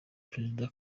perezida